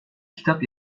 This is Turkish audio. kitap